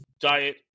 diet